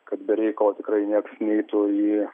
kad be reikalo tikrai nieks neitų į